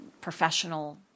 professional